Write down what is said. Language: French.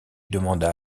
demanda